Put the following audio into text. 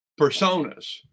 personas